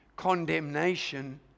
condemnation